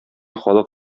халык